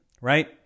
right